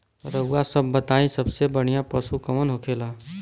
रउआ सभ बताई सबसे बढ़ियां पशु कवन होखेला?